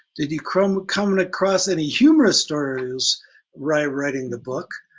did you come come and across any humorous stories writing writing the book?